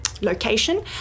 location